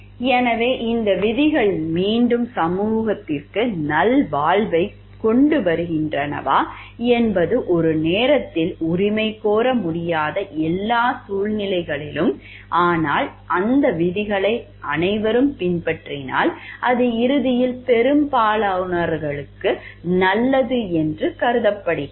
எனவே இந்த விதிகள் மீண்டும் சமூகத்திற்கு நல்வாழ்வைக் கொண்டுவருகின்றனவா என்பது ஒரே நேரத்தில் உரிமை கோர முடியாத எல்லா சூழ்நிலைகளிலும் ஆனால் அந்த விதிகளை அனைவரும் பின்பற்றினால் அது இறுதியில் பெரும்பாலானவர்களுக்கு நல்லது என்று கருதப்படுகிறது